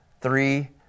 three